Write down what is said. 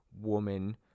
woman